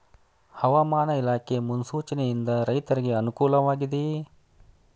ಹವಾಮಾನ ಇಲಾಖೆ ಮುನ್ಸೂಚನೆ ಯಿಂದ ರೈತರಿಗೆ ಅನುಕೂಲ ವಾಗಿದೆಯೇ?